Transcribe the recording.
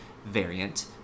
variant